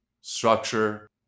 structure